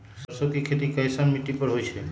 सरसों के खेती कैसन मिट्टी पर होई छाई?